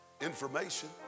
information